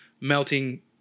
melting